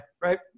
right